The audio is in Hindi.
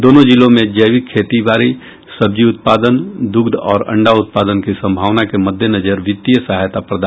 दोनों जिलों में जैविक खेती बारी सब्जी उत्पादन दुग्ध और अंडा उत्पादन की सभावना के मद्देनजर वित्तीय सहायता प्रदान की जायेगी